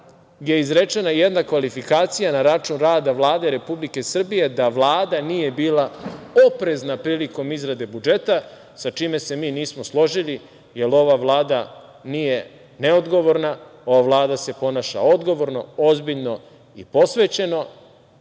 je izrečena jedna kvalifikacija na račun rada Vlade Republike Srbije, da Vlada nije bila oprezna prilikom izrade budžeta, sa čime se mi nismo složili jer ova Vlada nije neodgovorna. Ova Vlada se ponaša odgovorno, ozbiljno i posvećeno